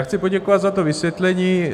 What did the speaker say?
Chci poděkovat za to vysvětlení.